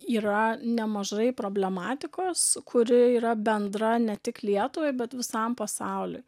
yra nemažai problematikos kuri yra bendra ne tik lietuvai bet visam pasauliui